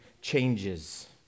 changes